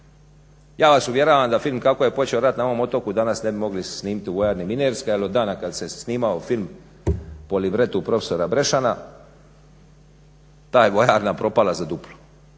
Ja vas uvjeravam da film "Kako je počeo rat na mom otoku" danas ne bi mogli snimati u Vojarni "Minerska" jer od dana kada se snimao film … prof. Brešana ta je vojarna propala za duplo.